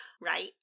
Right